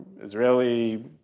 Israeli